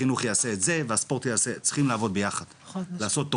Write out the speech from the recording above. משרד החינוך יעשה משהו אחר ומשרד התרבות והספורט יעשה משהו שונה.